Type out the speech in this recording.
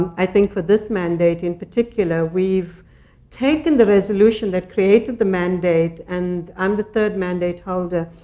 i think for this mandate in particular, we've taken the resolution that created the mandate and i'm the third mandate holder.